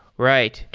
right.